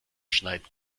schneiden